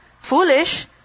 foolish